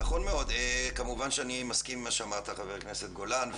אני מסכים עם מה שאמרת, חבר הכנסת גולן.